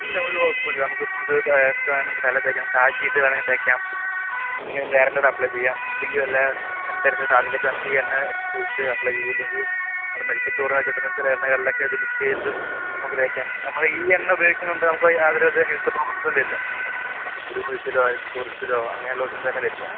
ഇല്ല ഒരു കുഴപ്പവുമില്ല നമുക്ക് ഇപ്പോൾ അത് തേയ്ക്കാനും തലയിൽ തേയ്ക്കാനും കാച്ചിയിട്ട് വേണമെങ്കിൽ തേയ്ക്കാം ഇല്ലെങ്കിൽ ഡയറക്റ്റായിട്ട് അപ്ളൈ ചെയ്യാം ഇല്ലെങ്കിൽ വല്ല ചെമ്പരത്തി താളിയിലൊക്കെ നമുക്ക് ഈ എണ്ണ ഒഴിച്ച് അപ്ളൈ ചെയ്യാം ഇല്ലെങ്കിൽ അത് മെഡിക്കൽ സ്റ്റോറിൽ നിന്നൊക്കെ കിട്ടുന്ന ചില എണ്ണകളിലൊക്കെ ഇത് മിക്സ് ചെയ്തിട്ടും നമുക്ക് തേക്കാം നമ്മുടെ ഈ എണ്ണ ഉപയോഗിക്കുന്നതു കൊണ്ട് നമുക്ക് യാതൊരു വിധ ഹെൽത്ത് പ്രോബ്ലംസും വരില്ല മുടി കൊഴിച്ചിലോ അല്ലെങ്കിൽ ചൊറിച്ചിലോ അങ്ങനെയുള്ള ഒന്നും തന്നെ വരില്ല